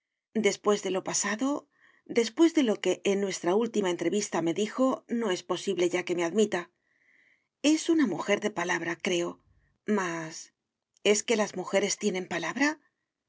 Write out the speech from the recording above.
después de lo pasado después de lo que en nuestra última entrevista me dijo no es posible ya que me admita es una mujer de palabra creo mas es que las mujeres tienen palabra